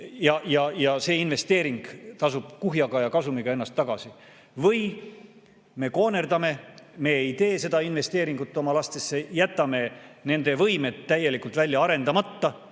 Ja see investeering tasub kuhjaga ja kasumiga ennast tagasi. Või me koonerdame, me ei tee seda investeeringut oma lastesse, jätame nende võimed täielikult välja arendamata.